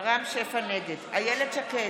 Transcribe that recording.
נגד איילת שקד,